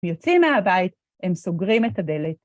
הם יוצאים מהבית, הם סוגרים את הדלת.